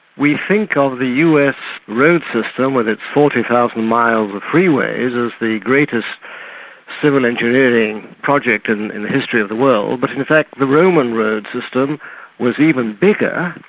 we think of the us road system with its forty thousand miles of freeways as the greatest civil engineering project and in the history of the world, but in fact the roman road system was even bigger,